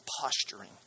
posturing